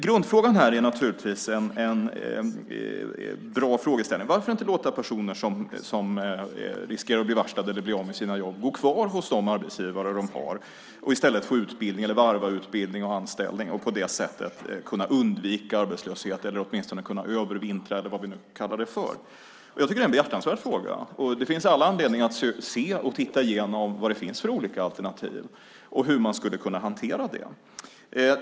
Grundfrågan här är naturligtvis en bra frågeställning: Varför inte låta personer som riskerar att bli varslade eller bli av med sina jobb gå kvar hos de arbetsgivare de har och i stället få utbildning eller varva utbildning och anställning och på det sättet kunna undvika arbetslöshet eller åtminstone kunna övervintra eller vad vi nu kallar det för? Jag tycker att det är en behjärtansvärd fråga. Och det finns all anledning att gå igenom vad det finns för olika alternativ och hur man skulle kunna hantera det.